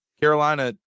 Carolina